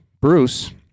Bruce